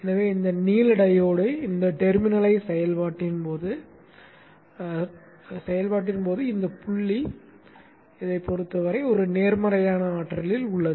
எனவே இந்த நீல டையோடு இந்த டெர்மினலின் செயல்பாட்டின் போது இந்த புள்ளி இதைப் பொறுத்தவரை ஒரு நேர்மறையான ஆற்றலில் உள்ளது